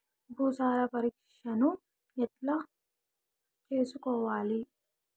భూసార పరీక్షను ఎట్లా చేసుకోవాలి?